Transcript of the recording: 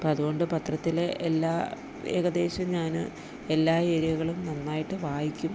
അപ്പം അതുകൊണ്ട് പത്രത്തിലെ എല്ലാ ഏകദേശം ഞാൻ എല്ലാ ഏരിയകളും നന്നായിട്ട് വായിക്കും